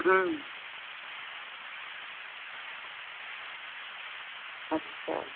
हूं अच्छा